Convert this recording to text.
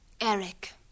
Eric